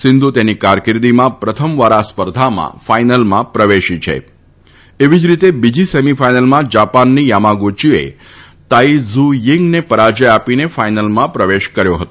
સિંધુ તશ્વી કારકીર્દીમાં પ્રથમવાર આ સ્પર્ધામાં ફાઇનલમાં પ્રવશી છ એવી જ રીત તીજી સમ્મીફાઇનલમાં જાપાનની થામા ગુચીએ તાઇ ઝું થીંગન પરાજય આપીન ફાઇનલમાં પ્રવશ કર્યો હતો